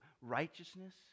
righteousness